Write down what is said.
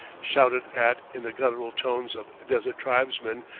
shouted at in the guttural tones of desert tribesmen,